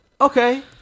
Okay